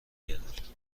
گرفت